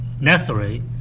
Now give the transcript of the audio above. necessary